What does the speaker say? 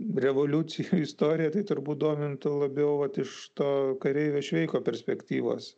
revoliucijų istorija tai turbūt domintų labiau vat iš to kareivio šveiko perspektyvos